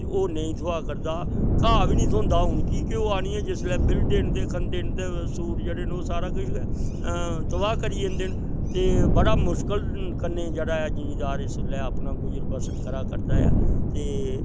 ते ओह् नेईं थ्होआ करदा घा बी नी थ्होंदा हून की के ओह् आहनियै जिसलै बिलदे न ते खंदे न ते सूर जेह्ड़े न ओह् सारा किश गै तबाह् करी जंदे न ते बड़ा मुश्कल कन्नै जेह्ड़ा ऐ जिमीदार इसलै अपना गुज़र बसर करा करदा ऐ ते